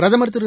பிரதமர் திரு